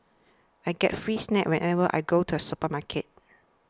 I get free snacks whenever I go to the supermarket